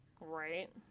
Right